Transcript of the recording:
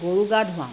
গৰু গা ধুৱাওঁ